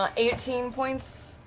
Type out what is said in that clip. ah eighteen points.